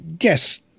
yes